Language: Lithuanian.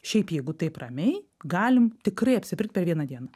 šiaip jeigu taip ramiai galim tikrai apsipirkt per vieną dieną